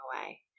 away